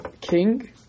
king